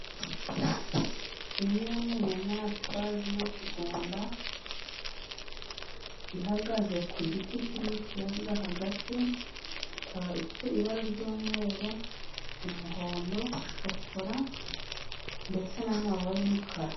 Imwe mu nyamaswa z'inyakigunda, ihagaze ku giti kiri mu kiyaga hagati, ikaba ifite ibara ry'umweru, umuhondo, shokora, ndetse n'amabababa y'umukara.